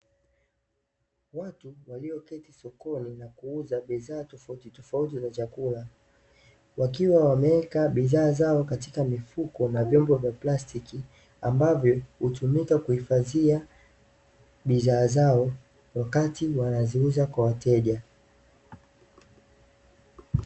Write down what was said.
watu walioketi sokoni na kuuza bidhaa tofautitofauti za chakula, wakiwa wameweka bidhaa zao katika mifuko na vyombo vya plastiki ambavyo hutumika kuhifadhia bidhaa zao, wakati wanaziuza kwa wateja .